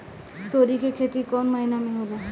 तोड़ी के खेती कउन महीना में होला?